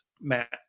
Matt